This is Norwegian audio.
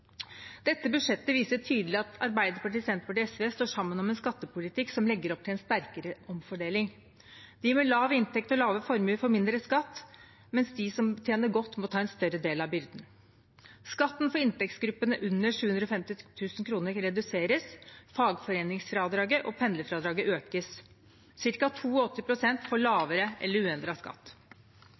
Dette budsjettet viser tydelig at Arbeiderpartiet, Senterpartiet og SV står sammen om en skattepolitikk som legger opp til en sterkere omfordeling. De med lav inntekt og lave formuer får mindre skatt, mens de som tjener godt, må ta en større del av byrden. Skatten for inntektsgruppene under 750 000 kr reduseres, fagforeningsfradraget og pendlerfradraget økes. Cirka 82 pst. får lavere eller uendret skatt.